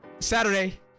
Saturday